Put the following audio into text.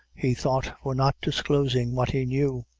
he thought for not disclosing what he knew.